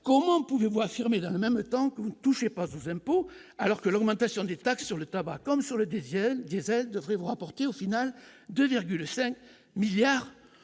comment pouvez-vous affirmer dans le même temps que vous touchez pas vous impôts alors que l'augmentation des taxes sur le tabac comme sur le deviennent dizaines de Fribourg au final 2 5 milliards